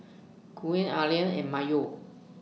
Quinn Allie and Mayo